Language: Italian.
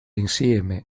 insieme